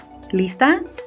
Lista